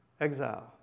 Exile